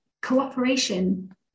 cooperation